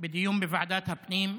בדיון בוועדת הפנים,